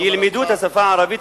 ילמדו את השפה הערבית,